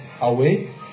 away